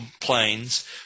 planes